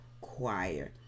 Choir